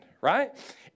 right